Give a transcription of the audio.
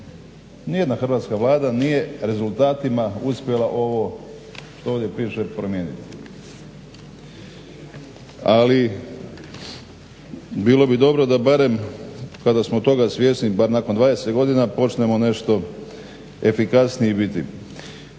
Nijedna hrvatska Vlada nije rezultatima uspjela ovo što ovdje piše promijeniti. Ali bilo bi dobro da barem kada smo toga svjesni bar nakon 20 godina počnemo nešto efikasniji biti.